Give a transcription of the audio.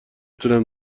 تونم